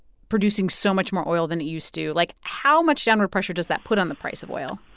producing so much more oil than it used to like, how much downward pressure does that put on the price of oil?